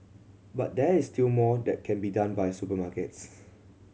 but there is still more that can be done by supermarkets